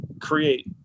create